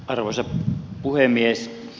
arvoisa puhemies